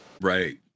Right